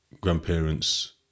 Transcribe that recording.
grandparents